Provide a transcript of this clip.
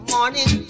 Morning